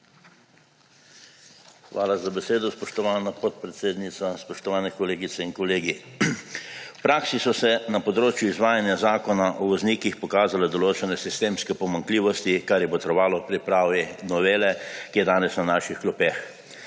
Hvala za besedo, spoštovana podpredsednica. Spoštovani kolegice in kolegi! V praksi so se na področju izvajanja Zakona o voznikih pokazale določene sistemske pomanjkljivosti, kar je botrovalo pripravi novele, ki je danes na naših klopeh.